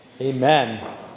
amen